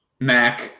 Mac